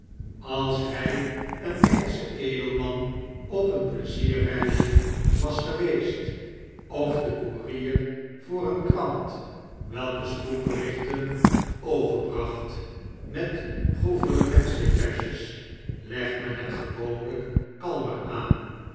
als hij een engelsche edelman op een pleizierreisje was geweest of de courier voor een krant welke spoedberichten overbracht met gouvernements depeches legt men het gewoonlijk kalmer aan